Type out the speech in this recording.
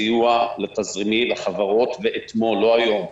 סיוע תזרימי לחברות, ואתמול, לא היום.